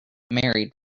married